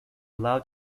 allowed